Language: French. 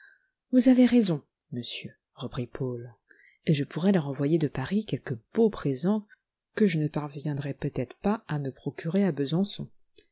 vous avez raison monsieur reprit paul et je pourrai leur envoyer de paris quelques beaux présents que je ne parvienclrais peut-être pas à me procurer à besançon